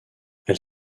elle